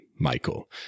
Michael